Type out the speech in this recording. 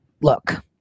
look